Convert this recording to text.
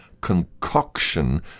concoction